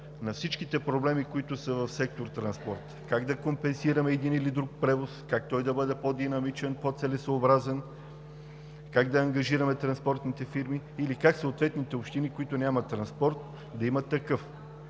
на всичките проблеми, които са в сектор „Транспорт“ – как да компенсираме един или друг превоз, как той да бъде по-динамичен и по-целесъобразен, как да ангажираме транспортните фирми или как съответните общини, които нямат транспорт, да имат такъв